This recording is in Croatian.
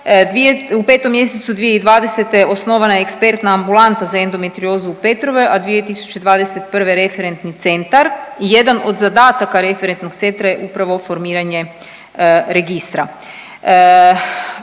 U 5. mjesecu 2020. osnovana je Ekspertna ambulanta za endometriozu u Petrovoj, a 2021. referentni centar i jedan od zadataka referentnog centra je upravo formiranje registra.